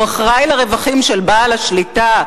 הוא אחראי לרווחים של בעל השליטה.